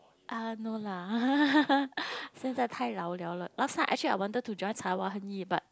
ah no lah 现在代劳 liao 了 last time actually I wanted to join but